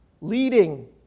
leading